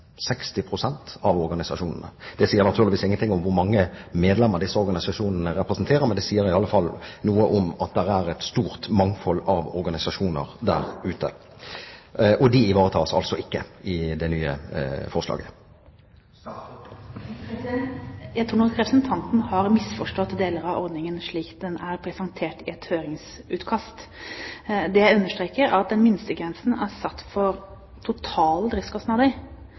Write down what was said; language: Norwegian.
av organisasjonene! Det sier naturligvis ingenting om hvor mange medlemmer disse organisasjonene har, men det sier i alle fall noe om at det finnes et stort mangfold av organisasjoner der ute. Disse ivaretas ikke i det nye forslaget. Jeg tror nok representanten har misforstått deler av ordningen slik den er presentert i et høringsutkast. Det jeg understreker, er at minstegrensen er satt for totale driftskostnader